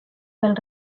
pel